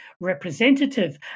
representative